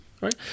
Right